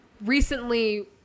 recently